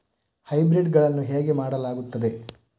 Hybrid ಗಳನ್ನು ಹೇಗೆ ಮಾಡಲಾಗುತ್ತದೆ?